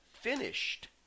finished